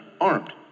armed